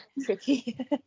tricky